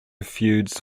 feuds